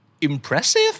impressive